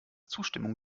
zustimmung